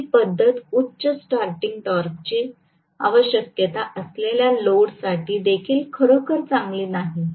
तर ही पद्धत उच्च स्टार्टींग टॉर्कची आवश्यकता असलेल्या लोड साठी देखील खरोखर चांगली नाही